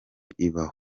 ibaho